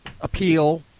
appeal